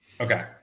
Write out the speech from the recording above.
Okay